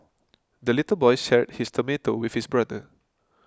the little boy shared his tomato with his brother